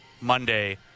Monday